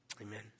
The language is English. amen